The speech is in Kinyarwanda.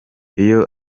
iyo